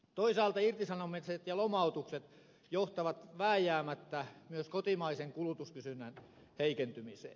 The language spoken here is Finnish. toisaalta irtisanomiset ja lomautukset johtavat vääjäämättä myös kotimaisen kulutuskysynnän heikentymiseen